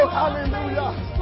hallelujah